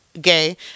gay